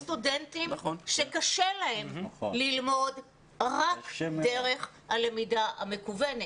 יש סטודנטים שקשה להם ללמוד רק דרך הלמידה המקוונת.